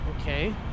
Okay